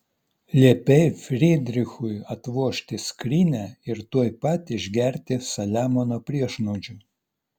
liepei frydrichui atvožti skrynią ir tuoj pat išgerti saliamono priešnuodžių